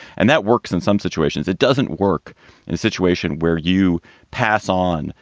and that works in some situations. it doesn't work in a situation where you pass on,